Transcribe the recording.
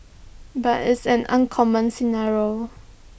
but it's an uncommon scenario